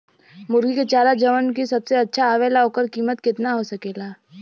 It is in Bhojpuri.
मुर्गी के चारा जवन की सबसे अच्छा आवेला ओकर कीमत केतना हो सकेला?